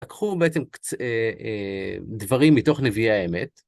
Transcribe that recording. תקחו בעצם דברים מתוך נביאי האמת.